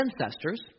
Ancestors